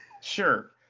Sure